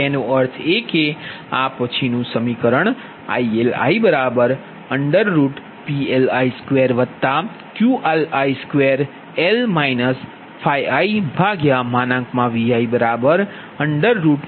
તેનો અર્થ એ કે આ પછીનું ILiPLi2QLi2 L iViPLi2QLi2 Li iViL i છે